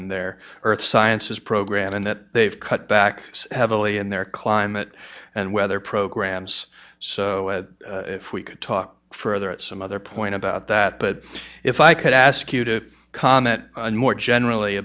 and their earth sciences program and that they've cut back heavily in their climate and weather programs so if we could talk further at some other point about that but if i could ask you to comment more generally